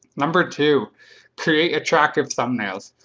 number two create attractive thumbnails.